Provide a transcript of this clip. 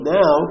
now